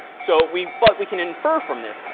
so, we've but we can infer from this,